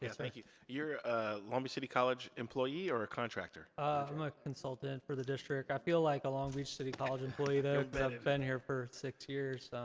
yeah thank you. you're a long beach city college employee or a contractor um a consultant for the district. like i feel like a long beach city college employee though, because i've been here for six years, so.